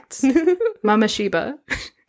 Mamashiba